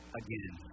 again